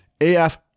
AF